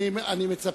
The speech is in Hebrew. אני מצפה